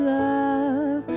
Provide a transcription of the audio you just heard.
love